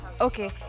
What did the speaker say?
Okay